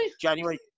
January